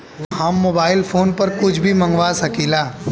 हम mobile phone पर कुछ भी मंगवा सकिला?